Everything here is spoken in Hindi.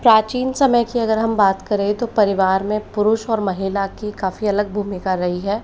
प्राचीन समय की अगर हम बात करें तो परिवार में पुरुष और महिला की काफ़ी अलग भूमिका रही है